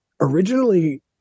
originally